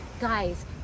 guys